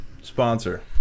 Sponsor